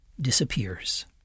disappears